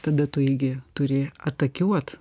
tada tu jį gi turi atakuot